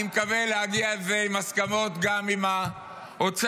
אני מקווה להגיע להסכמות גם עם האוצר,